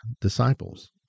disciples